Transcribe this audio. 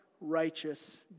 righteous